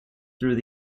through